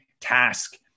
task